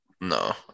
No